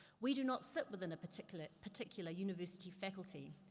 we do not sit within a particular, particular university faculty.